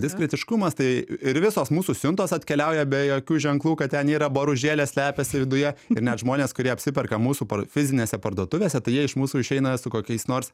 diskretiškumas tai ir visos mūsų siuntos atkeliauja be jokių ženklų kad ten yra boružėlė slepiasi viduje ir net žmonės kurie apsiperka mūsų par fizinėse parduotuvėse tai jie iš mūsų išeina su kokiais nors